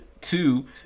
Two